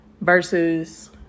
versus